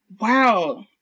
Wow